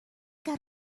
got